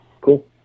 cool